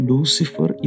Lucifer